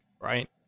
right